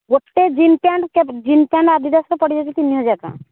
ଗୋଟେ jean pant jean pant ଆଡ଼ିଡାସର ପଡ଼ିଯାଉଛି ତିନିହଜାର ଟଙ୍କା